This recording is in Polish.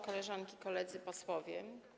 Koleżanki i Koledzy Posłowie!